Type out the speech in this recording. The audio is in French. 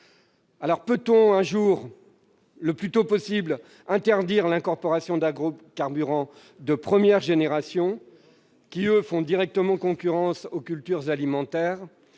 Peut-on un jour- le plus tôt possible ! -interdire l'incorporation d'agrocarburants de première génération, qui font, eux, directement concurrence aux cultures alimentaires,